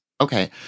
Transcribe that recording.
Okay